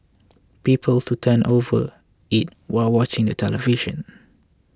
people to tend overeat while watching the television